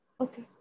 Okay